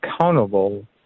accountable